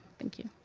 thank you.